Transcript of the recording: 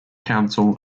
counsel